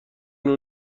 مجلس